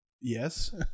Yes